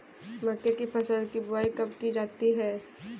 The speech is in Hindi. मक्के की फसल की बुआई कब की जाती है?